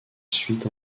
suite